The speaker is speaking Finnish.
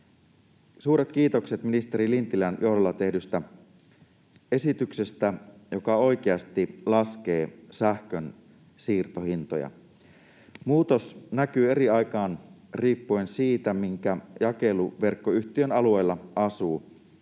Suuret kiitokset ministeri Lintilän johdolla tehdystä esityksestä, joka oikeasti laskee sähkönsiirtohintoja. Muutos näkyy eri aikaan riippuen siitä, minkä jakeluverkkoyhtiön alueella asuu.